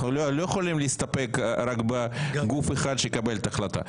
אנחנו לא יכולים להסתפק רק בגוף אחד שיקבל את ההחלטה.